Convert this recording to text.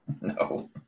No